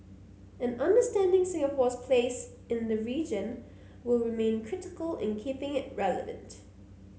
and understanding Singapore's place in the region will remain critical in keeping it relevant